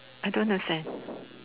I don't understand